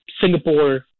Singapore